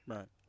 Right